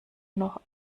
noch